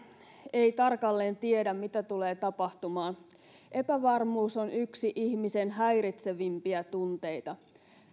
ei tarkalleen tiedä mitä tulee tapahtumaan epävarmuus on yksi ihmisen häiritsevimpiä tunteita